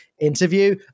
interview